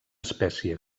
espècie